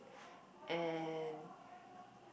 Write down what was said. and